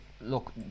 look